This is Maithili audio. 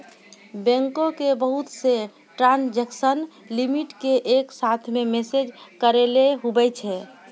बैंको के बहुत से ट्रांजेक्सन लिमिट के एक साथ मे मैनेज करैलै हुवै छै